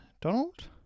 Donald